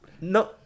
no